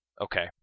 Okay